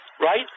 Right